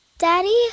Daddy